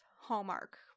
Hallmark